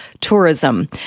tourism